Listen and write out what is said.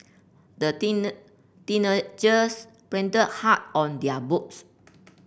the teenagers printed hard on their boats